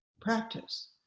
practice